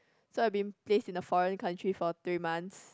so I have been placed in a foreign country for three months